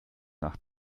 nach